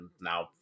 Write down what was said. now